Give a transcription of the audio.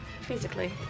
physically